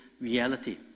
reality